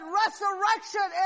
resurrection